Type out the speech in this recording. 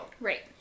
Right